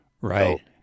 Right